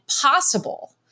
possible